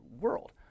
world